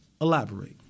elaborate